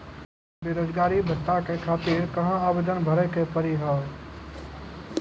बेरोजगारी भत्ता के खातिर कहां आवेदन भरे के पड़ी हो?